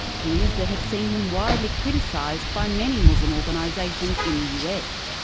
views that have seen him widely criticised by many muslim organisations in the us.